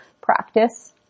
practice